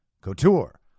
couture